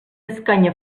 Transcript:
escanya